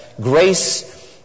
grace